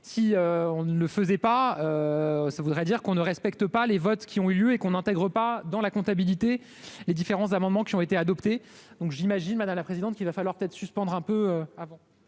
si on ne faisait pas ça voudrait dire qu'on ne respecte pas les votes qui ont eu lieu et qu'on intègre pas dans la comptabilité, les différents amendements qui ont été adoptés, donc j'imagine madame la présidente, qu'il va falloir suspendre un peu avant.